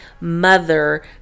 mother